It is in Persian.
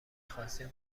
خواستین